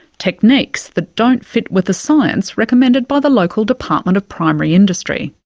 techniques that don't fit with the science recommended by the local department of primary industry.